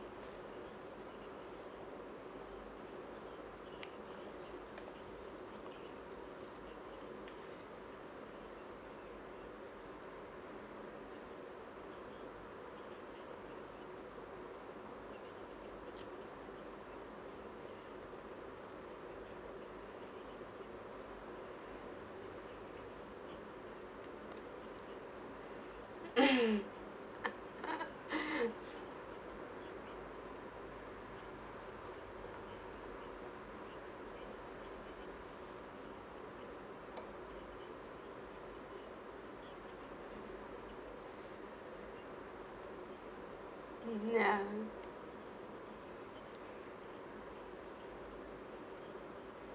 mmhmm ya